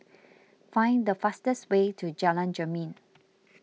find the fastest way to Jalan Jermin